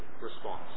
response